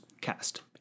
cast